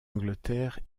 angleterre